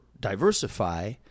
diversify